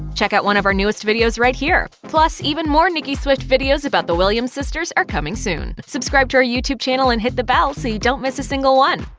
check out one of our newest videos right here! plus, even more nicki swift videos about the williams sisters are coming soon. subscribe to our youtube channel, and hit the bell so you don't miss a single one.